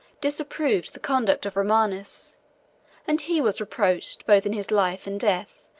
disapproved the conduct of romanus and he was reproached, both in his life and death,